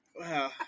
Wow